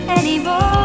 anymore